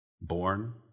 born